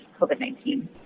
COVID-19